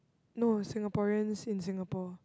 no Singaporeans in Singapore